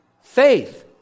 faith